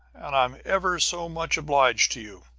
and i'm ever so much obliged to you.